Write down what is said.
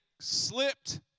slipped